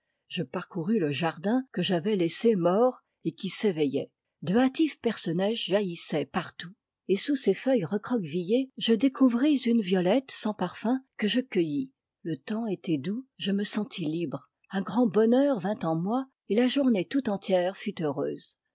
je parcourus le jardin que j'avais laissé mort et qui s'éveillait de hâtifs perce neige jaillissaient partout et sous ses feuilles recroquevillées je découvris une violette sans parfum que je cueillis le temps était doux je me sentis libre un grand bonheur vint en moi et la journée tout entière fut heureuse